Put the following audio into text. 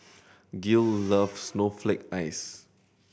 Gil loves snowflake ice